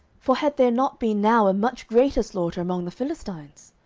for had there not been now a much greater slaughter among the philistines?